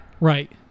Right